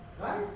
Right